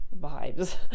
vibes